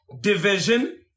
division